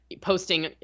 posting